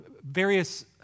various